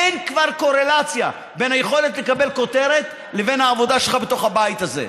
אין כבר קורלציה בין היכולת לקבל כותרת לבין העבודה שלך בתוך הבית הזה.